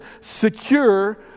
secure